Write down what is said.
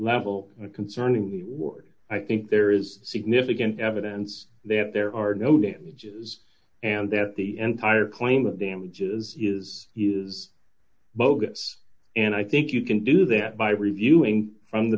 level concerning the reward i think there is significant evidence that there are no damages and there the entire claim of damages is is bogus and i think you can do that by reviewing from the